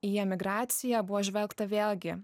į emigraciją buvo žvelgta vėlgi